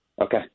okay